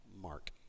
mark